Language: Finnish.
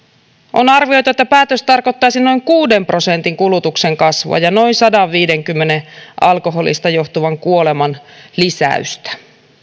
on arvioitu että päätös tarkoittaisi noin kuuden prosentin kulutuksen kasvua ja noin sadanviidenkymmenen alkoholista johtuvan kuoleman lisäystä